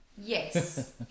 yes